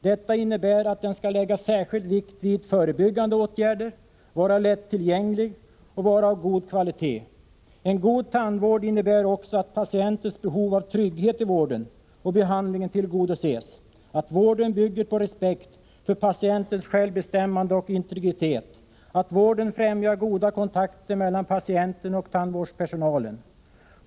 Detta innebär att den skall lägga särskild vikt vid förebyggande åtgärder, vara lätt tillgänglig och vara av god kvalitet. En god tandvård innebär också att patientens behov av trygghet i vården och behandlingen tillgodoses, att vården bygger på respekt för patientens självbestämmande och integritet samt att vården främjar goda kontakter mellan patienten och tandvårdspersonalen.